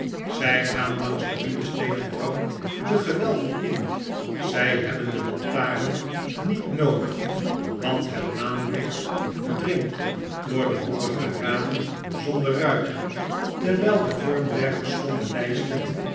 zy gaan langs de ruwe steenen trap de gewelven in zy hebben de lantaarn niet noodig want het maanlicht dringt door de hoekige ramen zonder ruiten terwyl de vorm der geschonden lysten